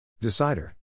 Decider